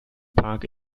park